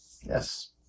Yes